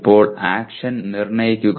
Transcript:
ഇപ്പോൾ ആക്ഷൻ "നിർണ്ണയിക്കുക"